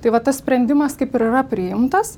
tai va tas sprendimas kaip ir yra priimtas